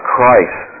Christ